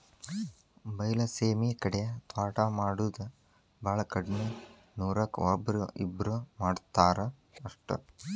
ಬೈಲಸೇಮಿ ಕಡೆ ತ್ವಾಟಾ ಮಾಡುದ ಬಾಳ ಕಡ್ಮಿ ನೂರಕ್ಕ ಒಬ್ಬ್ರೋ ಇಬ್ಬ್ರೋ ಮಾಡತಾರ ಅಷ್ಟ